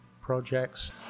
projects